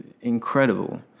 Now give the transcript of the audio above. incredible